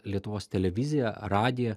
lietuvos televiziją radiją